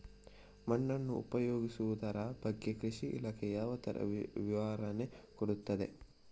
ಮಣ್ಣನ್ನು ಉಪಯೋಗಿಸುದರ ಬಗ್ಗೆ ಕೃಷಿ ಇಲಾಖೆ ಯಾವ ತರ ವಿವರಣೆ ಕೊಡುತ್ತದೆ?